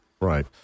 Right